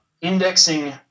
indexing